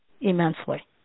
immensely